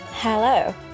Hello